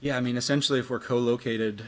yeah i mean essentially if we're colocated